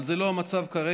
אבל זה לא המצב כרגע.